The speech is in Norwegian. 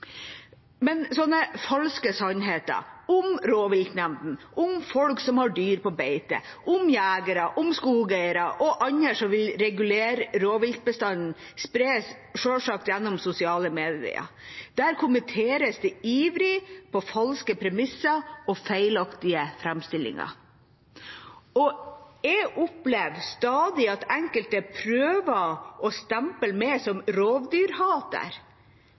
falske sannheter om rovviltnemdene, om folk som har dyr på beite, om jegere, om skogeiere og andre som vil regulere rovviltbestandene, spres selvsagt gjennom sosiale medier. Der kommenteres det ivrig på falske premisser og feilaktige framstillinger. Jeg opplever stadig at enkelte prøver å stemple meg som